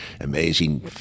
amazing